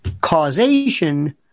causation